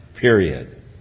period